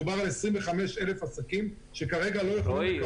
מדובר על 25,000 עסקים שכרגע לא יכולים לקבל --- רועי,